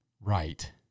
right